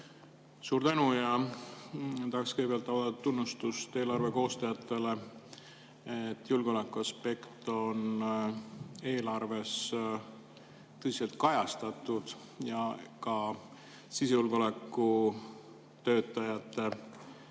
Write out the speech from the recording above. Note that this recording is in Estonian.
Suur tänu! Ma tahaksin kõigepealt avaldada tunnustust eelarve koostajatele, et julgeolekuaspekt on eelarves tõsiselt kajastatud ja ka sisejulgeoleku töötajate